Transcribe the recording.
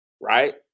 Right